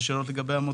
נכון.